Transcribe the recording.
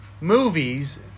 movies